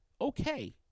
okay